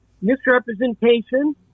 misrepresentation